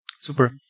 Super